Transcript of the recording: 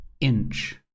inch